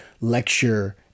lecture